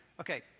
Okay